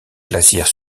glaciaires